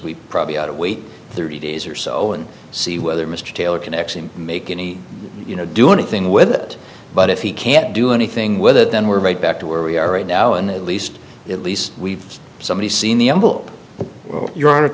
we probably ought to wait thirty days or so and see whether mr taylor can actually make any you know do anything with it but if he can't do anything with it then we're right back to where we are right now and at least at least we've somebody's seen the envelope